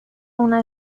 una